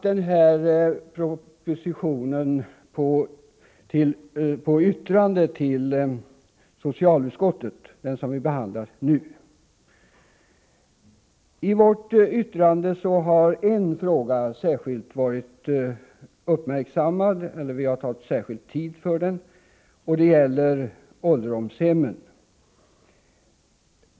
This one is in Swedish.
Den proposition som behandlas har vi haft till yttrande i socialutskottet. En fråga som vi ägnat särskild tid gäller ålderdomshemmen.